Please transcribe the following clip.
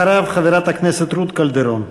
אחריו, חברת הכנסת רות קלדרון.